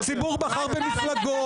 הציבור בחר מפלגות.